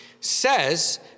says